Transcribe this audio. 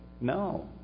No